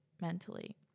mentally